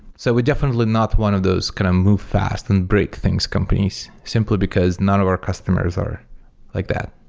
so we're definitely not one of those kind of move fast and break things companies simply because none of our customers are like that.